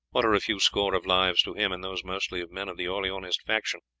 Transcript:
what are a few score of lives to him, and those mostly of men of the orleanist faction,